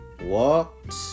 walked